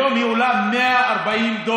היום היא עולה 140 דולר,